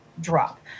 drop